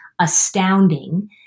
astounding